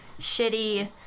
shitty